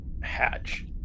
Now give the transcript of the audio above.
hatch